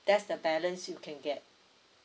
there's the balance you can get